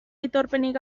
aitorpenik